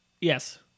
Yes